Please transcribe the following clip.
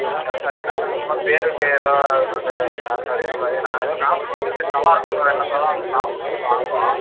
அதல்லாம் இல்லை சார் என்ன சார் சும்மா பேருக்கு ஏதோ இது பண்ணிட்டு என்ன சார் இதுமாதிரி நாங்கள் ஏதோ காசு கொடுத்து சரி நல்லாயிருக்குன்னு ஒரு எண்ணத்தில் தான் வந்து சாப்பிட்ணுன்ட்டு வாங்குகிறோம்